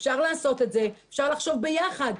אפשר לחשוב ביחד.